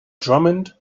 drummond